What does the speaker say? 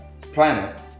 planet